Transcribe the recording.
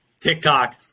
TikTok